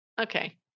Okay